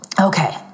okay